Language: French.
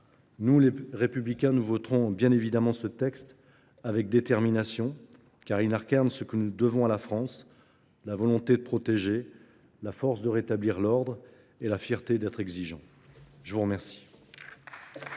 Nous, les Républicains, nous voterons bien évidemment ce texte avec détermination, car il n'arcarne ce que nous devons à la France, la volonté de protéger, la force de rétablir l'ordre et la fierté d'être exigeants. Je vous remercie.